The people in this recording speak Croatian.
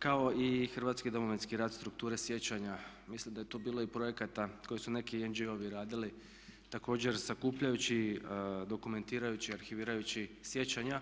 Kao i hrvatski Domovinski rat, strukture sjećanja, mislim da je tu bilo i projekata koje su neki NGO-ovi radili također sakupljajući, dokumentirajući, arhivirajući sjećanja